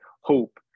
hope